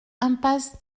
impasse